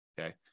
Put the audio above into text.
Okay